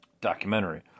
documentary